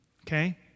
okay